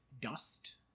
dust